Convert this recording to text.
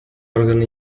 органы